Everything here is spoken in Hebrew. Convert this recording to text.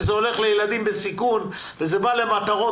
הוא הולך לילדים בסיכון והוא למטרות